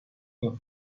این